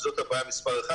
וזאת בעיה מספר אחת,